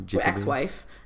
ex-wife